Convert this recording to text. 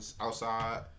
outside